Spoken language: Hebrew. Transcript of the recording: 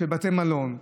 בתי מלון,